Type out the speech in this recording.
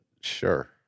sure